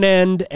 end